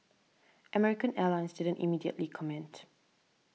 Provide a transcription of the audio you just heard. American Airlines didn't immediately comment